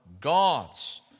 God's